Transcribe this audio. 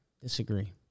disagree